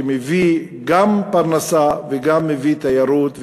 שגם מביא פרנסה וגם מביא תיירות,